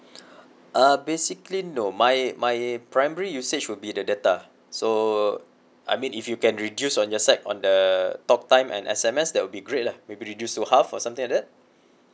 uh basically no my my primary usage will be the data so I mean if you can reduce on your side on the talk time and S_M_S that will be great lah maybe reduce to half or something like that